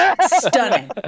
stunning